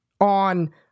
on